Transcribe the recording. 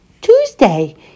Tuesday